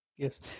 Yes